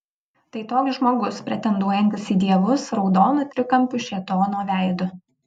tai toks žmogus pretenduojantis į dievus raudonu trikampiu šėtono veidu